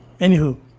anywho